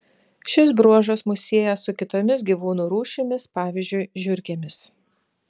šis bruožas mus sieja su kitomis gyvūnų rūšimis pavyzdžiui žiurkėmis